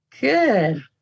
good